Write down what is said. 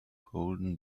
golden